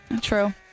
True